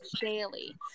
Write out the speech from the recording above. daily